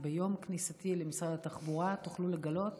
ביום כניסתי למשרד התחבורה תוכלו לגלות